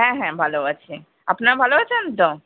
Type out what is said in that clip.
হ্যাঁ হ্যাঁ ভালো আছি আপনারা ভালো আছেন তো